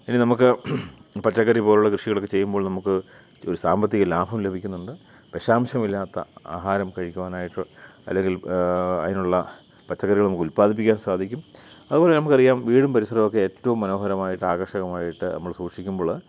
ഇനി നമുക്ക് പച്ചക്കറിപോലുള്ള കൃഷികളൊക്കെ ചെയ്യുമ്പോൾ നമുക്ക് ഒരു സാമ്പത്തികലാഭം ലഭിക്കുന്നുണ്ട് വിഷാംശമില്ലാത്ത ആഹാരം കഴിക്കുവാനായിട്ട് അല്ലെങ്കിൽ അതിനുള്ള പച്ചക്കറികൾ നമുക്ക് ഉൽപ്പാദിപ്പിക്കാൻ സാധിക്കും അതുപോലെ നമുക്കറിയാം വീടും പരിസരവുമൊക്കെ ഏറ്റവും മനോഹരമായിട്ട് ആകർഷകമായിട്ട് നമ്മൾ സൂക്ഷിക്കുമ്പോൾ